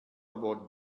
about